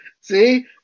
See